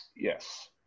Yes